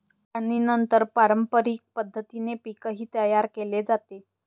काढणीनंतर पारंपरिक पद्धतीने पीकही तयार केले जाते